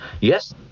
Yes